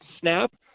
snap